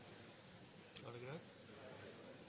det er greit